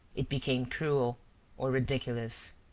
it became cruel or ridiculous.